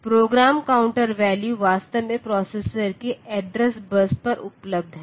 programme counter value वास्तव में processor के एड्रेस बस पर उपलब्ध है